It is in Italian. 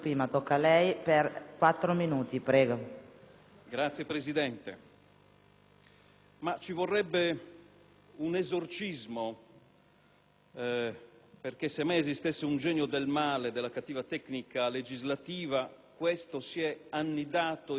ci vorrebbe un esorcismo, perché, se mai esistesse un genio del male e della cattiva tecnica legislativa, esso si sarebbe annidato e manifestato in questo provvedimento. Ci ha messo del suo il Governo,